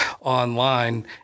online